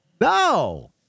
no